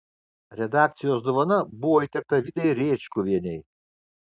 redakcijos dovana buvo įteikta vidai rėčkuvienei